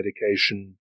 medication